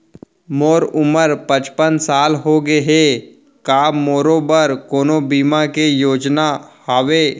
मोर उमर पचपन साल होगे हे, का मोरो बर कोनो बीमा के योजना हावे?